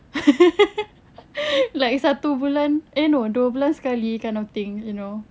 like satu bulan eh no dua bulan sekali kind of thing you know